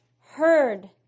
heard